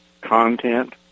content